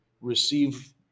receive